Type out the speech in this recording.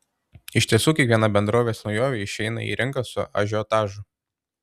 iš tiesų kiekviena bendrovės naujovė išeina į rinką su ažiotažu